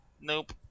Nope